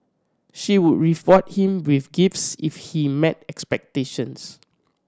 she would reform him with gifts if he met expectations